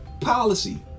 policy